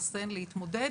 הם אמורים לאתר מצוקה נפשית.